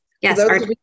Yes